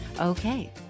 okay